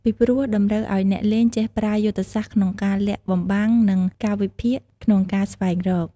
ពីព្រោះ តម្រូវឲ្យអ្នកលេងចេះប្រើយុទ្ធសាស្ត្រក្នុងការលាក់បំបាំង និង ការវិភាគក្នុងការស្វែងរក។